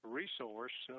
resource